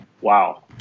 Wow